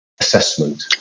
assessment